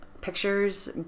pictures